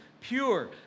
Pure